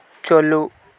ᱪᱟᱹᱞᱩ